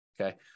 okay